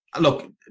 look